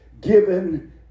given